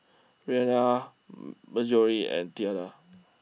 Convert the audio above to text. Reanna Mallorie and Theda